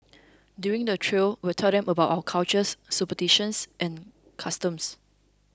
during the trail we'll tell them about our cultures superstitions and customs